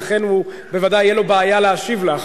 ולכן בוודאי תהיה לו בעיה להשיב לך.